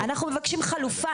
אנחנו מבקשים חלופה,